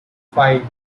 five